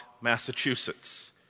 Massachusetts